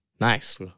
nice